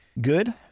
good